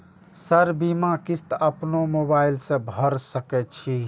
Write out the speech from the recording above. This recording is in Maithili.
सर बीमा किस्त अपनो मोबाईल से भर सके छी?